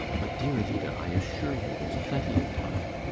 but, dear ellida, i assure you there's plenty of time.